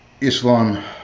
Islam